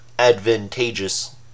advantageous